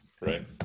right